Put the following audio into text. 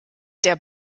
der